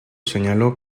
señaló